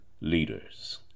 leaders